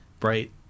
bright